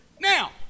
Now